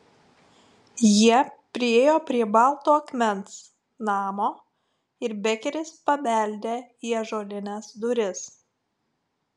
jie priėjo prie balto akmens namo ir bekeris pabeldė į ąžuolines duris